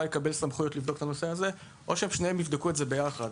יקבל סמכויות כדי לבדוק את הנושא הזה; או שהם שניהם יבדקו את זה ביחד.